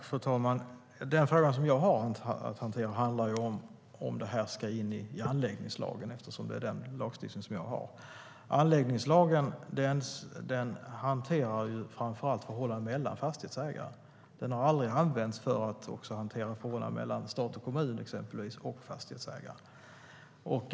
Fru talman! Den fråga som jag har att hantera handlar om huruvida det här ska in i anläggningslagen, som är den lagstiftning som jag har ansvar för. Anläggningslagen hanterar framför allt förhållanden mellan fastighetsägare. Den har aldrig använts för att också hantera förhållanden mellan exempelvis stat och kommun och fastighetsägare.